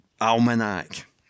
almanac